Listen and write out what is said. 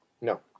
no